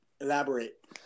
elaborate